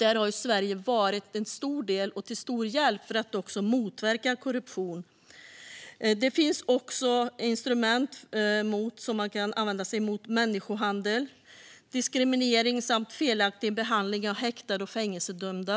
Här har Sverige tagit stor del och varit till stor hjälp för att motverka korruption. Det är åtgärder mot människohandel, mot diskriminering samt mot felaktig behandling av häktade och fängelsedömda.